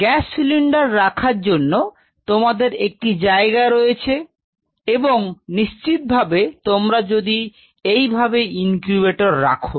gas cylinder রাখার জন্য তোমাদের একটি জায়গা রয়েছে এবং নিশ্চিতভাবে তোমরা যদি এইভাবে ইনকিউবেটর রাখো